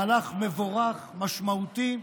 מהלך מבורך, משמעותי,